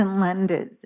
lenders